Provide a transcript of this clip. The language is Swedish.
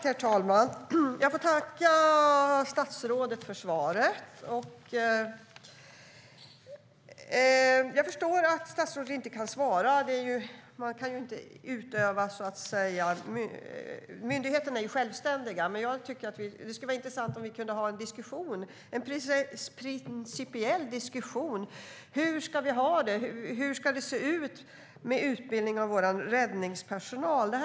Herr talman! Jag vill tacka statsrådet för svaret. Jag förstår att statsrådet inte kan svara. Myndigheterna är ju självständiga. Men det skulle vara intressant att ha en principiell diskussion om hur vi ska ha det, hur utbildning av vår räddningspersonal ska se ut.